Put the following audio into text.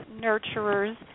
nurturers